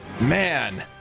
man